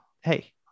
hey